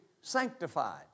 sanctified